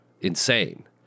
insane